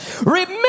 Remember